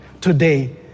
today